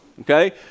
okay